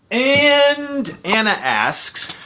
and ana asks,